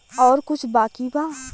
और कुछ बाकी बा?